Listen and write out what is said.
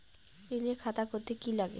ঋণের খাতা করতে কি লাগে?